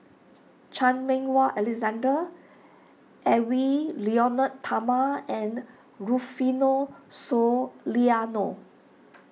Chan Meng Wah Alexander Edwy Lyonet Talma and Rufino Soliano